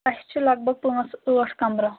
اَسہِ چھِ لگ بگ پانٛژھ ٲٹھ کَمرٕ